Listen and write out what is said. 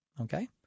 okay